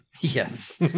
Yes